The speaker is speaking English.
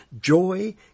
Joy